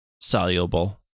soluble